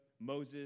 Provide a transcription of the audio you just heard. Moses